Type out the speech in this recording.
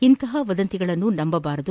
ಇಂತಹ ವದಂತಿಗಳನ್ನು ನಂಬಬಾರದು